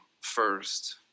first